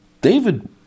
David